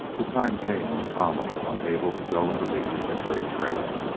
the time came when kama was unable to go in the lead and break trail,